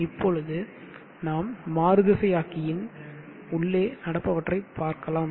இப்பொழுது நாம் மாறுதிசையாக்கியின் உள்ளே நடப்பவற்றை பார்க்கலாம்